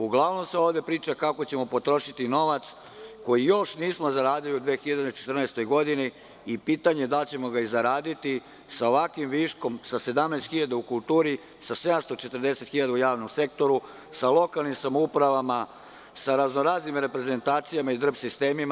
Uglavnom se ovde priča kako ćemo potrošiti novac koji još nismo zaradili u 2014. godini i pitanje je da li ćemo ga i zaraditi sa ovakvim viškom, sa 17 hiljada u kulturi, sa 740 hiljada u javnom sektoru, sa lokalnim samoupravama, sa razno-raznim reperezentacijama i drp sistemima.